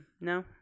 no